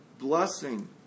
blessing